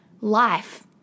Life